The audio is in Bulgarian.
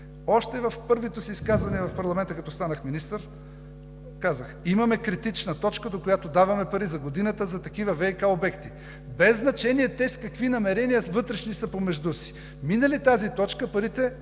Още в първото си изказване в парламента като министър казах: имаме критична точка, до която даваме пари за годината за такива ВиК обекти, без значение те с какви вътрешни намерения са помежду си. Мине ли тази точка, парите